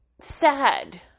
sad